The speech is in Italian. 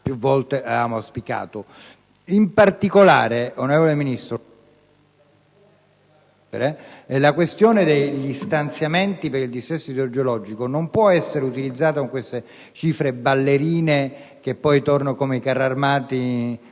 In particolare, onorevole Ministro, la questione degli stanziamenti per il dissesto idrogeologico non può essere trattata con cifre ballerine, che poi tornano, come i carri armati